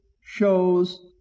shows